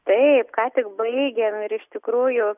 taip ką tik baigėm ir iš tikrųjų